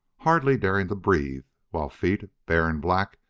hardly daring to breathe, while feet, bare and black,